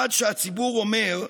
עד שהציבור אומר: